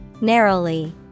narrowly